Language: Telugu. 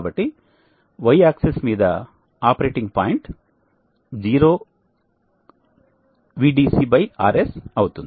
కాబట్టి Y ఆక్సిస్ మీద ఆపరేటింగ్ పాయింట్ 0 VDC RS అవుతుంది